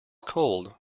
cold